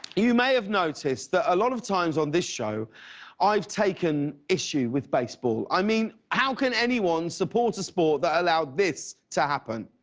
may have noticed that a lot of times on this show i have taken issue with baseball. i mean how can anyone support a sport that allows this to happen.